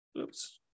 Oops